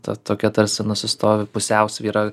ta tokia tarsi nusistovi pusiausvyra